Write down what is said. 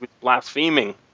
blaspheming